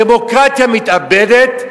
דמוקרטיה מתאבדת,